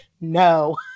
no